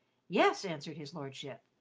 yes, answered his lordship.